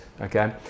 Okay